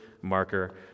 marker